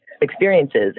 experiences